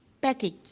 package